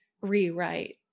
rewrite